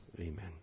Amen